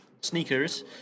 sneakers